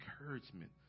encouragement